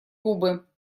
кубы